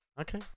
Okay